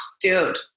Dude